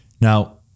Now